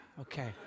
okay